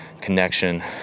connection